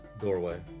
doorway